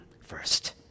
first